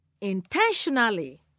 intentionally